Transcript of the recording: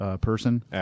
person